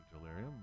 Delirium